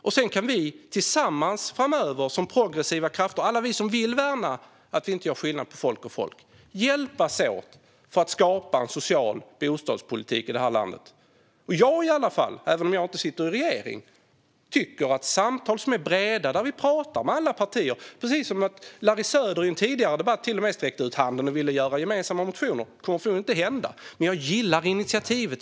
Framöver kan vi tillsammans, alla vi som vill värna att inte göra skillnad på folk och folk, hjälpas åt som progressiva krafter att skapa en social bostadspolitik i det här landet. Även om jag inte sitter i regeringen tycker jag om breda samtal där vi pratar med alla partier - som när Larry Söder i en tidigare debatt sträckte ut en hand och till och med ville göra gemensamma motioner. Det kommer i och för sig inte att hända, men jag gillar initiativet.